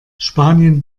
spanien